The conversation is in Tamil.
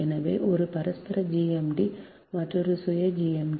எனவே ஒன்று பரஸ்பர GMD மற்றொரு சுய GMD